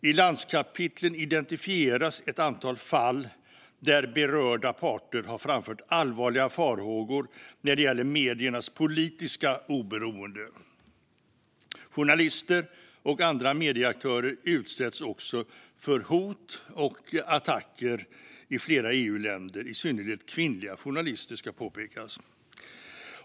I landskapitlen identifieras ett antal fall där berörda parter har framfört allvarliga farhågor när det gäller mediernas politiska oberoende. I flera EU-länder utsätts journalister, i synnerhet kvinnliga journalister, och andra medieaktörer också för hot och attacker.